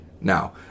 now